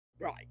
Right